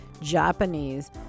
Japanese